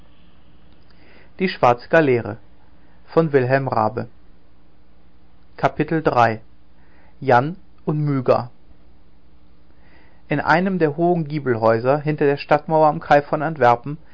und myga in einem der hohen giebelhäuser hinter der stadtmauer am